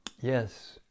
Yes